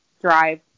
drive